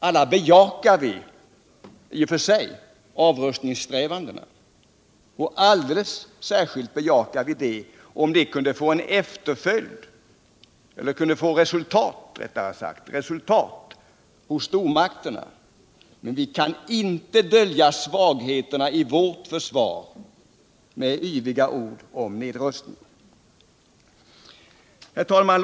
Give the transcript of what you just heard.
Alla bejakar vi i och för sig nedrustningssträvandena, och alldeles särskilt bejakar vi dem om de kunde ge resultat hos stormakterna. Men vi kan inte dölja svagheterna i vårt försvar med yviga ord om nedrustning. Herr talman!